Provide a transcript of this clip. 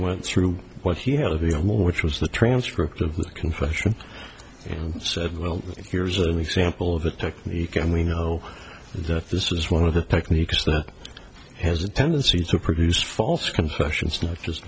went through what he had a few more which was the transcript of the confession and said well here's an example of a technique and we know that this is one of the techniques that has a tendency to produce false confessions not just